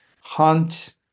hunt